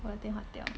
我的电话掉